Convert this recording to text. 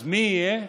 אז מי יהיה?